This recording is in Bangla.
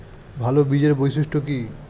ভাল বীজের বৈশিষ্ট্য কী?